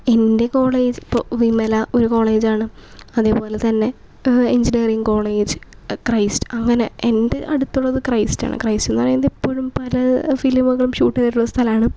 എൻ്റെ കോളേജ് ഇപ്പോൾ വിമല ഒരു കോളേജാണ് അതേപോലെ തന്നെ എഞ്ചിനീയറിങ്ങ് കോളേജ് ക്രൈസ്റ്റ് അങ്ങനെ എൻ്റെ അടുത്തുള്ളത് ക്രൈസ്റ്റാണ് ക്രൈസ്റ്റെന്ന് പറയുന്നത് എപ്പോഴും പല ഫിലിമൊക്കെ ഷൂട്ട് ചെയ്തിട്ടുള്ള സ്ഥലമാണ്